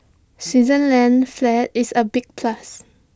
Switzerland's flag is A big plus